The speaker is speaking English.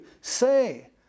Say